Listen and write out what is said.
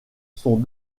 sont